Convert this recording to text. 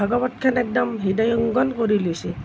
ভাগৱতখন একদম হৃদয়ংগম কৰি লৈছিল